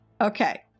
Okay